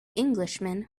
englishman